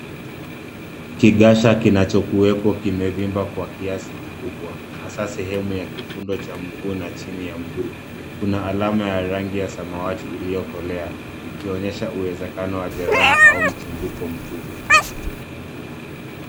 Kigasha kinachokuwepo kimevimba kwa kiasi kikubwa hasa sehemu ya kifundo cha mguu na chini ya mguu. Kuna alama ya rangi ya samawati iliyokolea, ikionyesha uwezekano jeraha au msumbuko mkubwa.